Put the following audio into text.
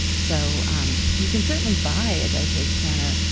so um you can certainly buy a dedicated canner,